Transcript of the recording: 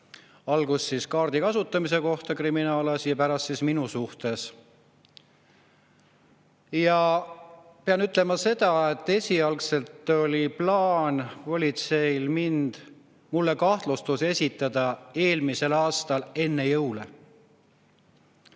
alguses kaardi kasutamise kohta kriminaalasi, pärast siis minu suhtes. Pean ütlema seda, et esialgselt oli politseil plaan mulle kahtlustus esitada eelmisel aastal enne jõule,